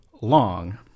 long